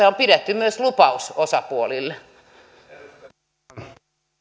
on pidetty myös lupaus osapuolille arvoisa